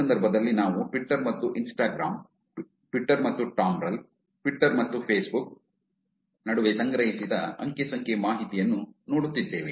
ಈ ಸಂದರ್ಭದಲ್ಲಿ ನಾವು ಟ್ವಿಟ್ಟರ್ ಮತ್ತು ಇನ್ಸ್ಟಾಗ್ರಾಮ್ ಟ್ವಿಟ್ಟರ್ ಮತ್ತು ಟಾಂಬ್ಲ್ರ್ ಟ್ವಿಟ್ಟರ್ ಮತ್ತು ಫೇಸ್ ಬುಕ್ ನಡುವೆ ಸಂಗ್ರಹಿಸಿದ ಅಂಕಿ ಸಂಖ್ಯೆ ಮಾಹಿತಿಯನ್ನು ನೋಡುತ್ತಿದ್ದೇವೆ